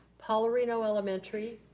palorino elementary,